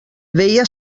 veia